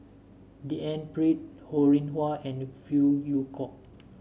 D N Pritt Ho Rih Hwa and Phey Yew Kok